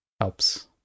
helps